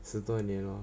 十多年 lor